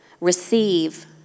receive